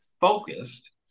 focused